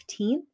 15th